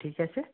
ঠিক আছে